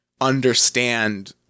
understand